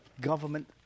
government